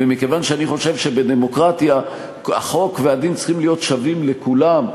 ומכיוון שאני חושב שבדמוקרטיה החוק והדין צריכים להיות שווים לכולם,